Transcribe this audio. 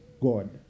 God